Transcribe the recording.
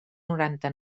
noranta